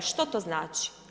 Što to znači?